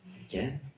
again